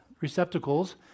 receptacles